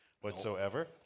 whatsoever